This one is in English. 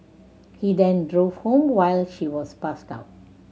he then drove home while she was passed out